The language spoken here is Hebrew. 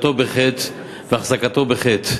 לידתו בחטא והחזקתו בחטא.